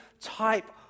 type